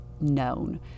known